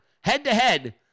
head-to-head